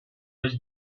was